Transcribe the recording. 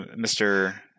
Mr